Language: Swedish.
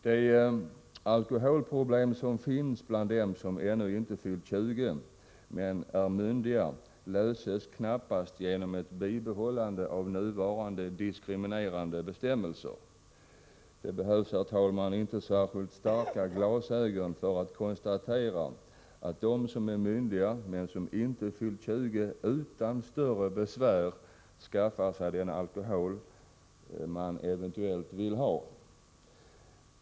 De alkoholproblem som finns bland dem som inte fyllt 20 år men ändå är myndiga löses knappast genom ett bibehållande av nuvarande diskriminerande bestämmelser. Det behövs inte särskilt starka glasögon för att konstatera att de som är myndiga men inte fyllt 20 år utan större besvär skaffar sig den alkohol de eventuellt vill ha.